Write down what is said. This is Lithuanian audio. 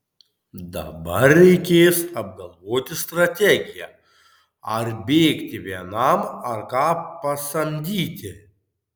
dabar reikės apgalvoti strategiją ar bėgti vienam ar ką pasamdyti